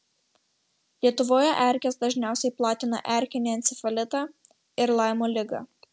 lietuvoje erkės dažniausiai platina erkinį encefalitą ir laimo ligą